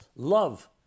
Love